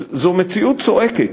זו מציאות צועקת,